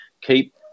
keep